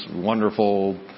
wonderful